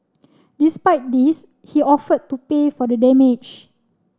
despite this he offered to pay for the damage